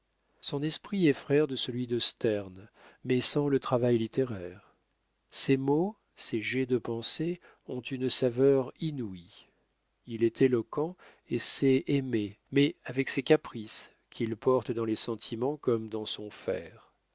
son esprit est frère de celui de sterne mais sans le travail littéraire ses mots ses jets de pensée ont une saveur inouïe il est éloquent et sait aimer mais avec ses caprices qu'il porte dans les sentiments comme dans son